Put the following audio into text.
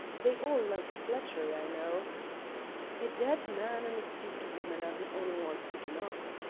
they all like flattery, i know a dead man and a stupid woman are the only ones who do not.